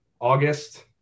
August